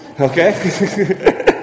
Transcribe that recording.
Okay